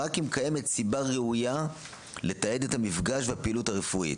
רק אם קיימת סיבה ראויה לתעד את המפגש ואת הפעילות הרפואית.